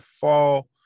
fall